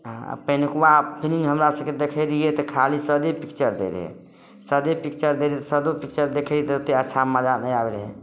आ पहिनलुकबा फिलिम हमरा सबके देखै रहियै तऽ खाली सदे पिक्चर दै रहै सदे पिक्चर दै रहै तऽ सदो पिक्चर देखैत ओतेक अच्छा मजा नहि आबै रहै